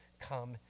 come